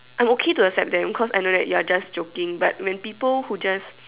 I'm okay to accept them cause I know that you're just joking but when people who just